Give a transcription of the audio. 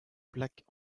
plaques